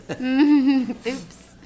Oops